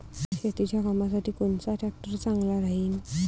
शेतीच्या कामासाठी कोनचा ट्रॅक्टर चांगला राहीन?